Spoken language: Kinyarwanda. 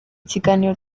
kiganiro